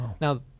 Now